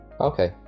Okay